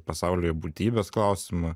pasaulyje būtybės klausimą